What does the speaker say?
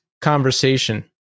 conversation